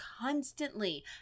constantly